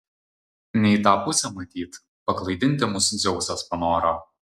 ne į tą pusę matyt paklaidinti mus dzeusas panoro